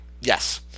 Yes